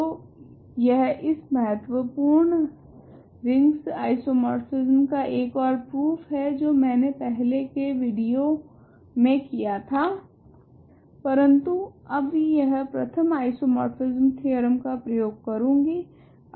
तो यह इस महतवपूर्ण रिंगस आइसोमोर्फिसम का एक ओर प्रूफ है जो मैंने पहले के विडियो मे किया था परंतु अब यह प्रथम आइसोमोर्फिसम थेओरेम का प्रयोग करेगी